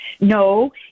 No